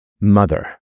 mother